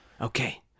Okay